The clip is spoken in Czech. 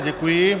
Děkuji.